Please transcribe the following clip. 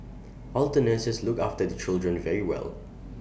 all the nurses look after the children very well